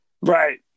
Right